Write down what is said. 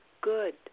good